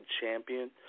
champion